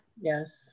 Yes